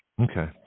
Okay